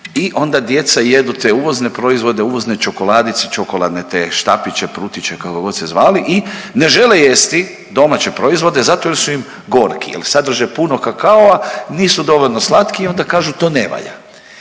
i onda djeca jedu te uvozne proizvode, uvozne čokoladice, čokoladne te štapiće, prutiće kakogod se zvali i ne žele jesti domaće proizvode zato jel su im gorki jel sadrže puno kakaoa nisu dovoljno slatki i onda kažu to ne valja.